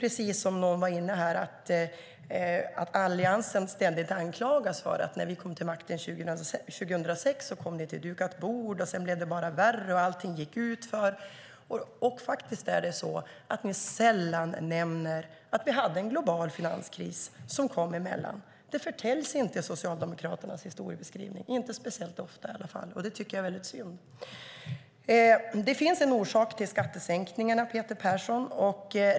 Precis som någon var inne på anklagas Alliansen ständigt för att vi, när vi kom till makten 2006, kom till dukat bord och att det sedan bara blivit värre och gått utför med allting. Däremot nämner man sällan att vi haft en global finanskris som kommit emellan. Det förtäljs inte i Socialdemokraternas historiebeskrivning, i alla fall inte särskilt ofta, och det tycker jag är synd. Det finns en orsak till skattesänkningarna, Peter Persson.